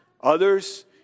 Others